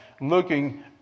looking